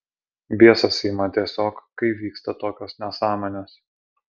biesas ima tiesiog kai vyksta tokios nesąmonės